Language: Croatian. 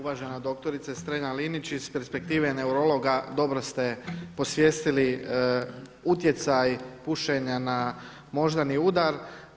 Uvažena dr. Strenja-Linić iz perspektive neurologa dobro ste posvijestili utjecaj pušenja na moždani udar.